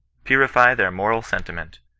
purify their moral sentiment,